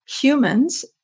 humans